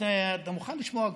אתה מוכן לשמוע,